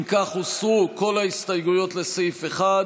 אם כך, הוסרו כל ההסתייגויות לסעיף 1,